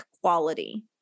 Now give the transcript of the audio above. quality